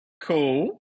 Cool